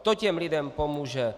To těm lidem pomůže.